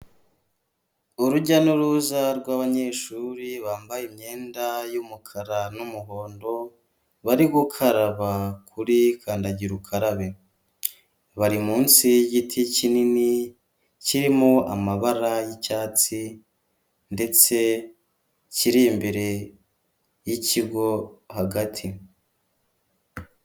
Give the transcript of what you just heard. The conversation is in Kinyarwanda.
Urujya n'uruza rw'abanyeshuri bambaye imyenda y'umukara n'umuhondo, bari gukaraba kuri kandagira ukarabe, bari munsi y'igiti kinini kirimo amabara y'icyatsi ndetse kiri imbere y'ikigo hagati.